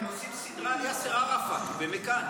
הם עושים סדרה על יאסר ערפאת, במכאן.